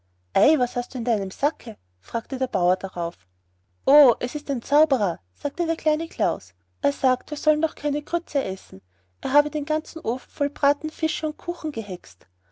ei was hast du in deinem sacke fragte der bauer darauf o es ist ein zauberer sagte der kleine klaus er sagt wir sollen doch keine grütze essen er habe den ganzen ofen voll braten fische und kuchen gehext